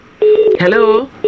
hello